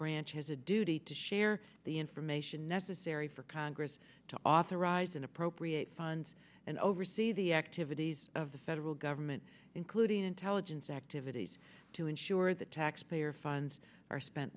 branch has a duty to share the information necessary for congress to authorize an appropriate funds and oversee the activities of the federal government including intelligence activities to ensure that taxpayer funds are spent